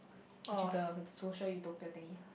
which you don't social you talk Japanese